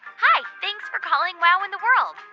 hi. thanks for calling wow in the world.